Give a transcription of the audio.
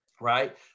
right